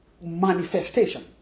manifestation